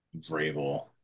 Vrabel